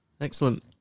excellent